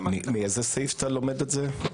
מאיזה סעיף אתה לומד את זה?